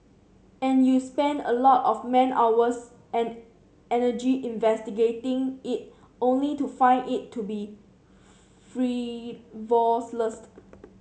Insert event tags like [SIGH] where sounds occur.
and you spend a lot of man hours and energy investigating it only to find it to be [UNINTELLIGIBLE]